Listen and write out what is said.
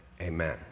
Amen